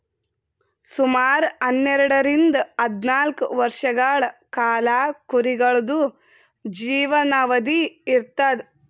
ಸುಮಾರ್ ಹನ್ನೆರಡರಿಂದ್ ಹದ್ನಾಲ್ಕ್ ವರ್ಷಗಳ್ ಕಾಲಾ ಕುರಿಗಳ್ದು ಜೀವನಾವಧಿ ಇರ್ತದ್